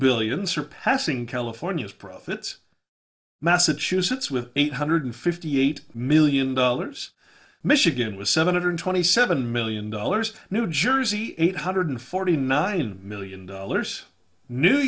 billion surpassing california's profits massachusetts with eight hundred fifty eight million dollars michigan was seven hundred twenty seven million dollars new jersey eight hundred forty nine million dollars new